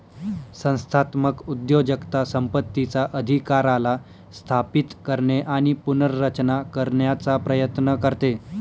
संस्थात्मक उद्योजकता संपत्तीचा अधिकाराला स्थापित करणे आणि पुनर्रचना करण्याचा प्रयत्न करते